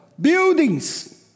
buildings